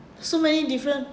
so many different